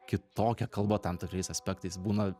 kitokia kalba tam tikrais aspektais būna